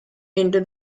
into